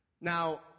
Now